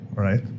Right